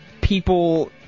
people